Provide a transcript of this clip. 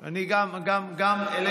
אני, גם אליך.